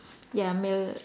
ya Mal~